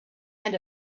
and